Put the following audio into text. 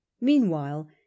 Meanwhile